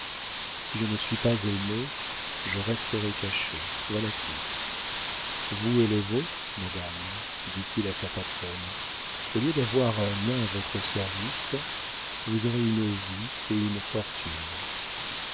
si je ne suis pas aimé je resterai caché voilà tout vous et les vôtres madame dit-il à sa patronne au lieu d'avoir un nain à votre service vous aurez une vie et une fortune